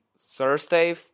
Thursday